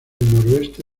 noroeste